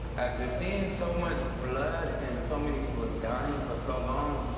after seeing so much blood and so many people dying and for so long,